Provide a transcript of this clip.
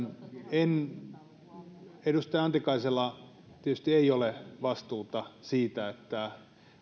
edustaja antikaisella tietysti ei ole vastuuta siitä että